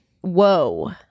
Whoa